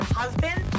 husband